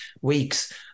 weeks